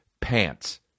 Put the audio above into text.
pants